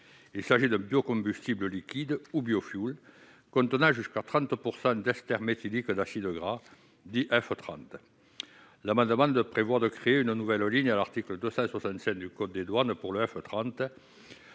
Il s'agit d'un biocombustible liquide, ou biofioul, contenant jusqu'à 30 % d'esters méthyliques d'acides gras (F30). L'amendement vise à créer une nouvelle ligne à l'article 267 du code des douanes pour le F30